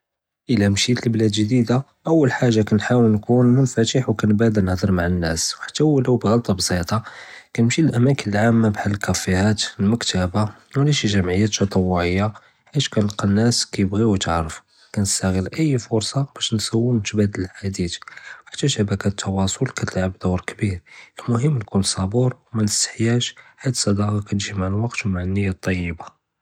אלא משית לבלד ג'דידה אול וחדה כנהאול נكون מפתח ו כנבאדר נהדר מעא הנאס ו חתי ו לו בغلטה בסיטה כנמשי לאלאמאקאן אלאעאמה בחר קאפיהאת אלמקתבה ו לא שי ג'מעיות טטואעיה חית כנאלאק נאס כייבגו יתערפו כנסתעל אי פרסה באש נשול נתאבדל אלחדית ו חתי שבקט אלתוואסול כתלעב דור כביר אלמهم tkun צפור ומנסתחיאש חית סד כנמשי מעא אלואקט ו אלניה אלטייבה.